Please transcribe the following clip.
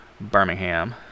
Birmingham